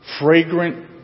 fragrant